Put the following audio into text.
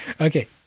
Okay